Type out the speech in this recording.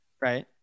Right